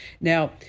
Now